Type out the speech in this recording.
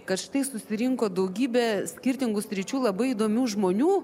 kad štai susirinko daugybė skirtingų sričių labai įdomių žmonių